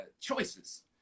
choices